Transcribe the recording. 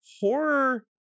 horror